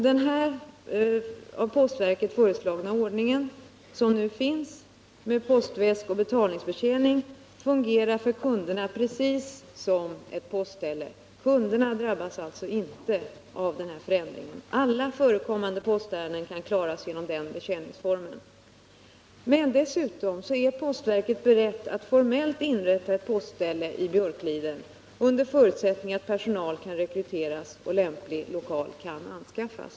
Den av postverket föreslagna ordningen med postväskoch betalningsbetjäning, som nu tillämpas, fungerar för kunderna precis som ett postställe. Kunderna drabbas alltså inte av denna förändring. Alla förekommande postärenden kan klaras genom den betjäningsformen. Dessutom är postverket berett att formellt inrätta ett postställe i Björkliden under förutsättning att personal kan rekryteras och lämplig lokal kan anskaffas.